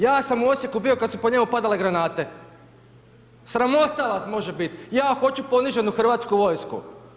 Ja sam u Osijeku bio kad su po njemu padale granate, sramota vas može bit', ja hoću poniženu hrvatsku vojsku?